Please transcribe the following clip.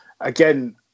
again